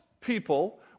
people